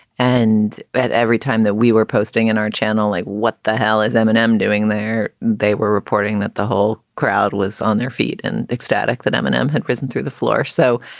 and at every time that we were posting in our channel, like, what the hell is eminem doing there? they were reporting that the whole crowd was on their feet and ecstatic that eminem had risen through the floor. so,